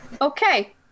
Okay